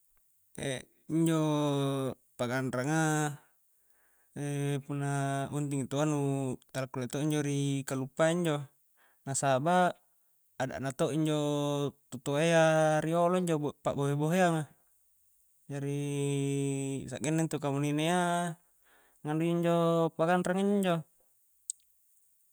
injo paganranga punna buntingi taua tala kulle to injo ri kallupai injo na saba' ada'na to injo tu-tua iya riolo injo pa'bohe-boheanga jari sa'genna intu kamuninna iya nganui ji injo paganranga a injo-njo.